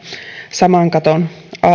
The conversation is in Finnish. saman katon alla